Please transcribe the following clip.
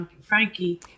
Frankie